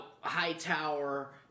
Hightower